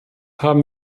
haben